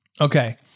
Okay